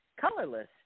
colorless